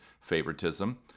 favoritism